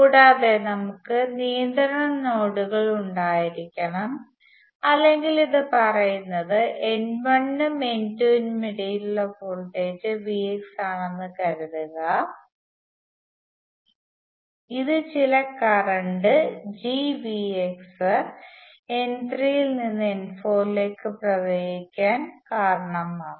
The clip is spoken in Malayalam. കൂടാതെ നമുക്ക് നിയന്ത്രണ നോഡുകൾ ഉണ്ടായിരിക്കണം അല്ലെങ്കിൽ ഇത് പറയുന്നത് n1 നും n2 നും ഇടയിലുള്ള വോൾട്ടേജ് Vx ആണെന്ന് കരുതുക ഇത് ചില കറണ്ട് GVx n3 ൽ നിന്ന് n4 ലേക്ക് പ്രവഹിക്കാൻ കാരണമാകും